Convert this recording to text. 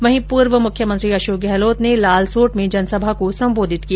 वहीं पूर्व मुख्यमंत्री अशोक गहलोत ने लालसोट में जनसभा का संबोधित किया